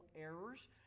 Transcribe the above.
errors